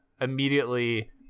immediately